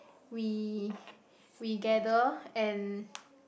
we we gather and